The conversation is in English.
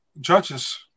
judges